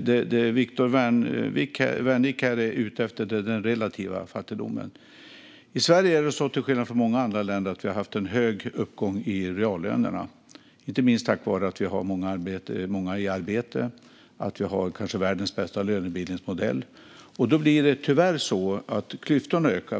Det Viktor Wärnick är ute efter är den relativa fattigdomen. I Sverige har vi till skillnad från många andra länder haft en hög uppgång i reallönerna, inte minst tack vare att vi har många i arbete och att vi har världens kanske bästa lönebildningsmodell. Då blir det tyvärr så att klyftorna ökar.